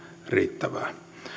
riittävää